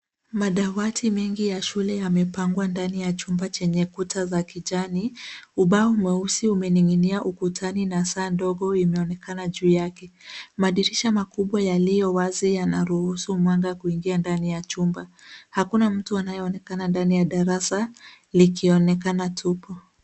Madawati mengi yamepangwa ndani ya chumba kuta za kijani. Ubao mweusi umening'inia ukutani na saa ndogo imeonekana juu yake. Madirisha makubwa yaliyo wazi yanaruhusu mwanga kuingia ndani ya chumba. Hakuna mtu anayeeonekana ndani ya darasa likionekana tupu.